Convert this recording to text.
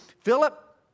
Philip